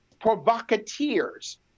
provocateurs